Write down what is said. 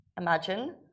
Imagine